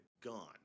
gone